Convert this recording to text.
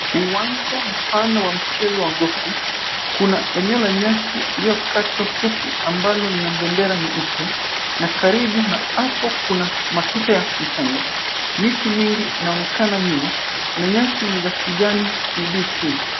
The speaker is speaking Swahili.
Uwanja mpana wa mchezo wa golfu kuna eneo la nyasi iliyokatwa fupi ambalo lina bendera nyeupe na karibu na hapo kuna matuta ya mchanga miti mingi inaonekana nyuma na nyasi ni za kijani kibichi